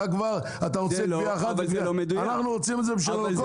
אתה רוצה גבייה אחת ואנחנו רוצים את זה בשביל הלקוח,